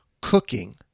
cooking